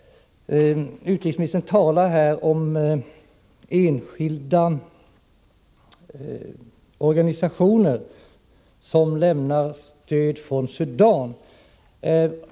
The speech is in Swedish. Utrikesministern talar om enskilda organisationer som lämnar stöd från Sudan.